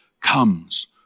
comes